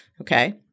Okay